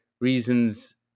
reasons